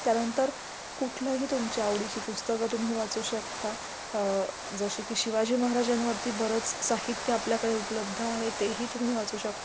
त्यानंतर कुठल्याही तुमची आवडीची पुस्तकं तुम्ही वाचू शकता जशी की शिवाजी महाराजांवरती बरंच साहित्य आपल्याकडे उपलब्ध आहे तेही तुम्ही वाचू शकता